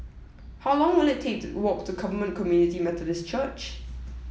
how long will it take to walk to Covenant Community Methodist Church